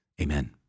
Amen